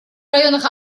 районах